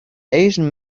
asian